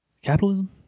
Capitalism